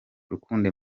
rukundo